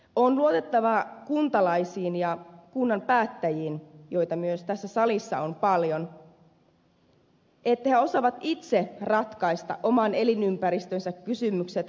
on luotettava kuntalaisiin ja kunnan päättäjiin joita myös tässä salissa on paljon että he osaavat itse ratkaista oman elinympäristönsä kysymykset parhaalla tavalla